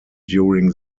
during